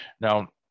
Now